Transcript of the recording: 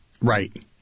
right